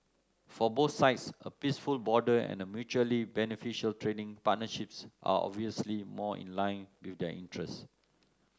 for both sides a peaceful border and a mutually beneficial trading partnerships are obviously more in line with their interests